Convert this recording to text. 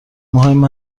مهم